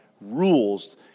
rules